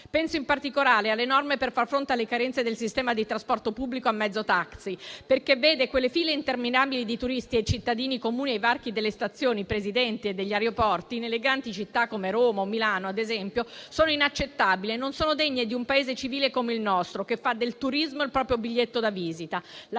Penso in particolare alle norme per far fronte alle carenze del sistema di trasporto pubblico a mezzo taxi: le file interminabili di turisti e cittadini comuni ai varchi delle stazioni e degli aeroporti, ad esempio nelle grandi città come Roma e Milano, sono inaccettabili e non sono degne di un Paese civile come il nostro, che fa del turismo il proprio biglietto da visita.